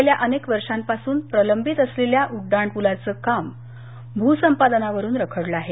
गेल्या अनेक वर्षापासून प्रलंबित असलेल्या उड्डाणप्रलाचं काम भूसंपादनावरून रखडलं आहे